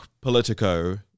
Politico